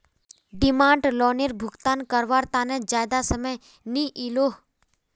demand लोअनेर भुगतान कारवार तने ज्यादा समय नि इलोह